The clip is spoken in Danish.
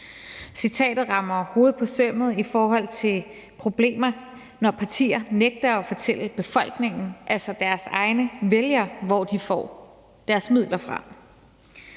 Citatet rammer hovedet på sømmet, i forhold til når der er problemer med, at partier ikke vil fortælle befolkningen, altså deres egne vælgere, hvor de får deres midler fra.